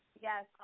Yes